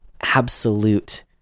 absolute